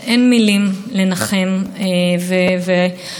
זה סיוט של כל הורה וכל משפחה.